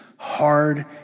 Hard